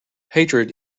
hatred